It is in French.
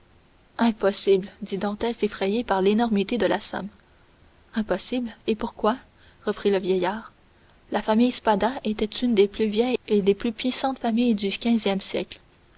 impossible dit dantès effrayé par l'énormité de la somme impossible et pourquoi reprit le vieillard la famille spada était une des plus vieilles et des plus puissantes familles du quinzième siècle